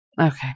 Okay